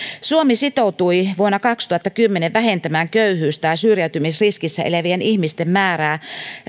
suomi sitoutui vuonna kaksituhattakymmenen vähentämään köyhyys tai syrjäytymisriskissä elävien ihmisten määrää